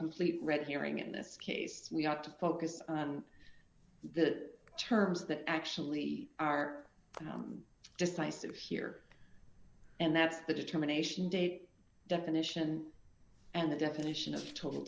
complete red herring in this case we ought to focus on the terms that actually are decisive here and that's the determination date definition and the definition of total